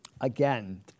again